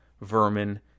Vermin